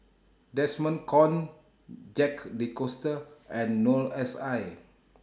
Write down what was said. Desmond Kon Jacques De Coutre and Noor S I